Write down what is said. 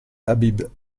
habib